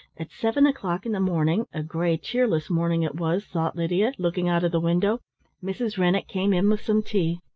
at seven o'clock in the morning a grey, cheerless morning it was, thought lydia, looking out of the window mrs. rennett came in with some tea.